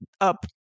up